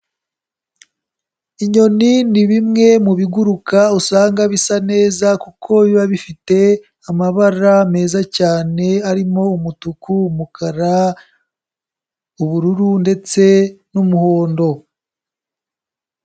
Inyoni ni bimwe mu biguruka usanga bisa neza kuko biba bifite amabara meza cyane arimo umutuku, umukara, ubururu ndetse n'umuhondo.